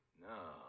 No